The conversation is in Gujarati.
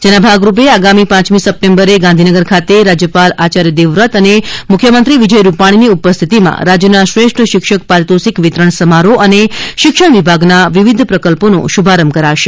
જેના ભાગરૂપે આગામી પાંચમી સપ્ટેમ્બરે ગાંધીનગર ખાતે રાજ્યપાલ આચાર્ય દેવવ્રત અને મુખ્યમંત્રી વિજય રૂપાણીની ઉપસ્થિતિમાં રાજ્યના શ્રેષ્ઠ શિક્ષક પારિતોષિક વિતરણ સમારોહ અને શિક્ષણ વિભાગના વિવિક પ્રકલ્પોનો શુભારંભ કરાશે